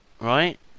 Right